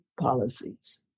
policies